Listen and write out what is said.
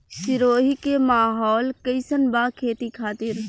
सिरोही के माहौल कईसन बा खेती खातिर?